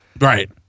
right